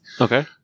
Okay